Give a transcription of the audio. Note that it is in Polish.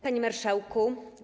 Panie Marszałku!